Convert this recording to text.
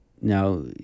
now